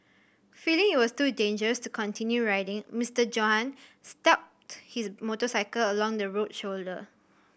feeling it was too dangerous to continue riding Mister Johann stopped his motorcycle along the road shoulder